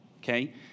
Okay